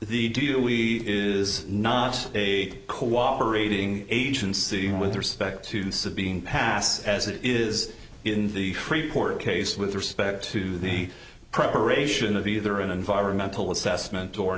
we is not a cooperating agency with respect to sabine pass as it is in the freeport case with respect to the preparation of either an environmental assessment or